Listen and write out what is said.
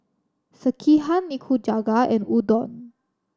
Sekihan Nikujaga and Udon